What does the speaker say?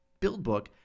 BuildBook